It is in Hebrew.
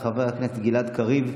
היושב-ראש, חבר הכנסת גלעד קריב,